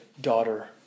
daughter